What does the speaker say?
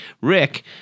Rick